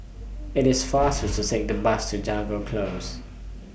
IT IS faster to Take The Bus to Jago Close